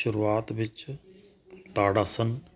ਸ਼ੁਰੂਆਤ ਵਿੱਚ ਤੜ ਆਸਨ